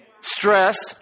stress